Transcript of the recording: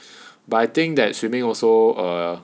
but I think that swimming also err